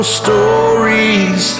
stories